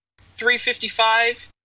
355